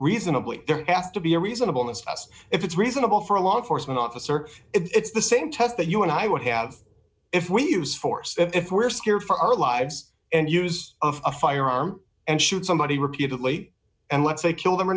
reasonably they're asked to be a reasonable it's as if it's reasonable for a law enforcement officer it's the same test that you and i would have if we use force if we're scared for our lives and use of a firearm and shoot somebody repeatedly and let's say kill them or